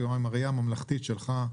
וגם בראייה הממלכתית שלך,